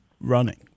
running